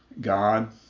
God